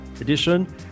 edition